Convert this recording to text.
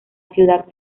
ciudad